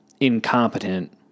incompetent